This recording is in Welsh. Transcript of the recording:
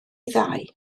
ddau